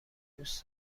دوست